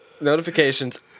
Notifications